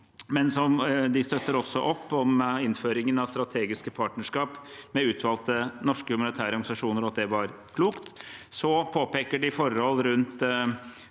men de støtter også opp om innføringen av strategiske partnerskap med utvalgte norske humanitære organisasjoner – at det var klokt. Så påpeker de forhold rundt